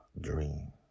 dream